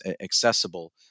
accessible